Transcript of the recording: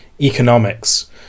economics